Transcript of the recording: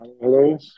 Hello